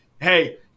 hey